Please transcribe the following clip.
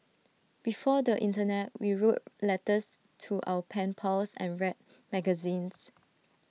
before the Internet we wrote letters to our pen pals and read magazines